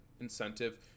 incentive